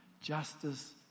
justice